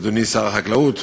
אדוני שר החקלאות,